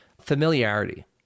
familiarity